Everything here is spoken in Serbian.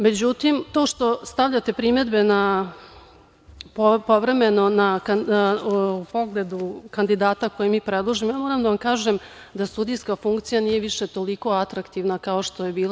Međutim, to što stavljate primedbe povremeno, u pogledu kandidata koje mi predložimo, ja moram da vam kažem da sudijska funkcija nije više toliko atraktivna kao što je bila.